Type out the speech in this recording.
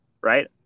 right